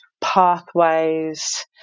pathways